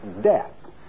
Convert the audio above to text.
death